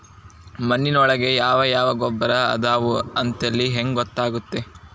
ಮಣ್ಣಿನೊಳಗೆ ಯಾವ ಯಾವ ಗೊಬ್ಬರ ಅದಾವ ಅಂತೇಳಿ ಹೆಂಗ್ ಗೊತ್ತಾಗುತ್ತೆ?